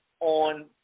on